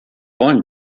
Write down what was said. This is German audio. wollen